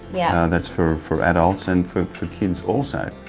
yeah that's for for adults and for for kids also.